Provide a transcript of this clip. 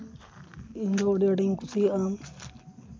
ᱤᱧᱫᱚ ᱟᱹᱰᱤ ᱟᱸᱴᱤᱧ ᱠᱩᱥᱤᱭᱟᱜᱼᱟ